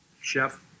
chef